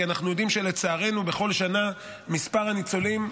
כי אנחנו יודעים שלצערנו בכל שנה מספר הניצולים,